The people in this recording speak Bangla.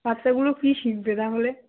বাচ্চাগুলো কী শিখবে তাহলে